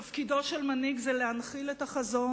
תפקידו של מנהיג הוא להנחיל את החזון